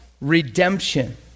redemption